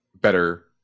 better